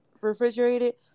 refrigerated